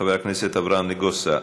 חבר הכנסת אברהם נגוסה,